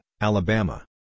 Alabama